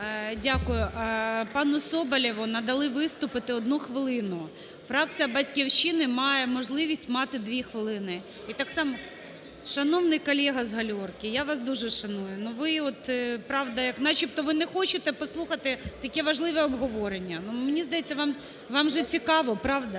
Дякую. Пану Соболєву надали виступити 1 хвилину. Фракція "Батьківщина" має можливість мати 2 хвилини і так само… Шановний колега з гальорки, я вас дуже шаную, але ви, от правда, начебто ви не хочете послухати таке важливе обговорення. Мені здається, вам же цікаво, правда?